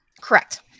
Correct